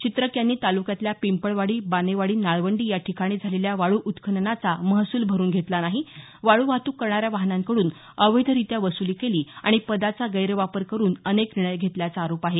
चित्रक यांनी तालुक्यातल्या पिंपळवाडी बानेवाडी नाळवंडी याठिकाणी झालेल्या वाळू उत्खननाचा महसूल भरून घेतला नाही वाळू वाहतूक करणाऱ्या वाहनांकडून अवैधरित्या वसुली केली आणि पदाचा गैरवापर करून अनेक निर्णय घेतल्याचा आरोप आहे